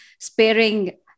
sparing